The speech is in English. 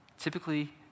typically